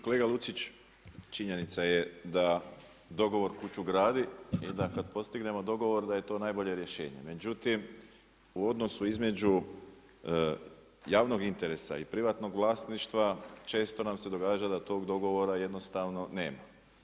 Kolega Lucić, činjenica je da dogovor kuću gradi i da kad postignemo dogovor da je to najbolje rješenje, međutim, u odnosu između javnog interesa i privatnog vlasništva, često nam se događa da tog dogovora jednostavno nema.